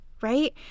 right